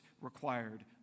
required